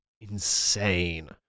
insane